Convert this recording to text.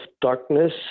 darkness